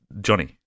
Johnny